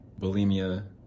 bulimia